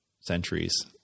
centuries